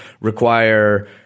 require